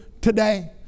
today